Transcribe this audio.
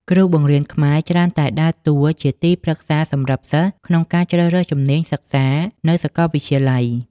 គ្រូបង្រៀនខ្មែរច្រើនតែដើរតួជាទីប្រឹក្សាសម្រាប់សិស្សក្នុងការជ្រើសរើសជំនាញសិក្សានៅសាកលវិទ្យាល័យ។